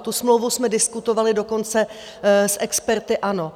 Tu smlouvu jsme diskutovali dokonce s experty ANO.